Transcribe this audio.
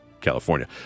California